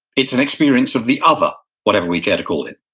it's an experience of the other, whatever we care to call it.